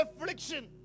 affliction